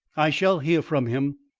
i shall hear from him.